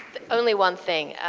only one thing.